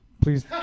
Please